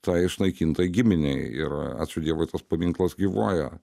tai išnaikintai giminei ir ačiū dievui tas paminklas gyvuoja